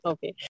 Okay